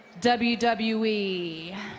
WWE